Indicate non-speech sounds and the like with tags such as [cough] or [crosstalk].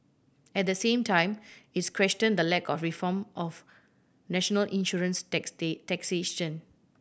at the same time its questioned the lack of reform of national insurance [unintelligible] taxation